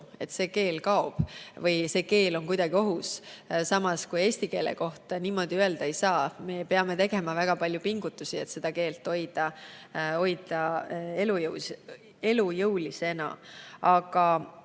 vene keel kaob või see keel on kuidagi ohus, samas kui eesti keele kohta niimoodi öelda ei saa. Me peame tegema väga palju pingutusi, et eesti keelt elujõulisena